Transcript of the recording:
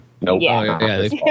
Nope